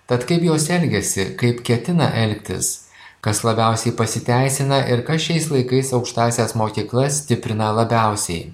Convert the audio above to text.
tad kaip jos elgiasi kaip ketina elgtis kas labiausiai pasiteisina ir kas šiais laikais aukštąsias mokyklas stiprina labiausiai